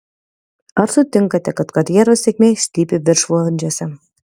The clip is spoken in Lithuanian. ar sutinkate kad karjeros sėkmė slypi viršvalandžiuose